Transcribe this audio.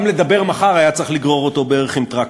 גם לדבר מחר היה צריך לגרור בערך עם טרקטור.